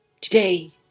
Today